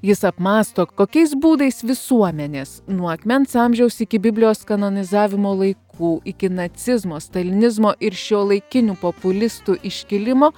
jis apmąsto kokiais būdais visuomenės nuo akmens amžiaus iki biblijos kanonizavimo laikų iki nacizmo stalinizmo ir šiuolaikinių populistų iškilimo